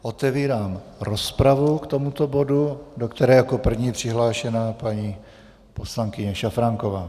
Otevírám rozpravu k tomuto bodu, do které je jako první přihlášená paní poslankyně Šafránková.